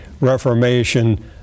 Reformation